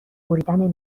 بریدن